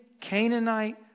Canaanite